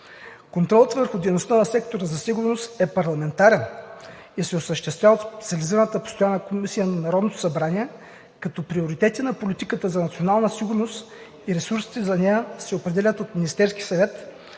Контролът върху дейността на сектора за сигурност е парламентарен и се осъществява от Специализираната постоянна комисия на Народното събрание, като приоритети на политиката за национална сигурност и ресурсите за нея се определят от Министерския съвет